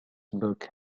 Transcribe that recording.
book